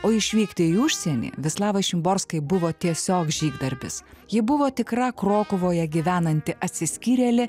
o išvykti į užsienį vislavai šimborskai buvo tiesiog žygdarbis ji buvo tikra krokuvoje gyvenanti atsiskyrėlė